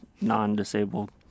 non-disabled